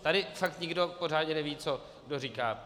Tady fakt nikdo pořádně neví, co kdo říká.